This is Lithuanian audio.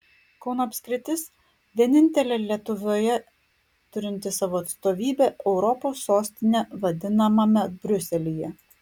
kauno apskritis vienintelė lietuvoje turinti savo atstovybę europos sostine vadinamame briuselyje